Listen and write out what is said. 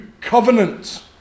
covenant